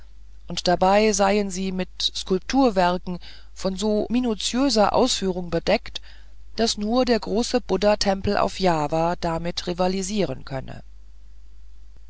und dabei seien sie mit skulpturwerken von so minutiöser ausführung bedeckt daß nur der große buddhatempel auf java damit rivalisieren könne